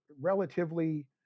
relatively